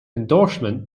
endorsement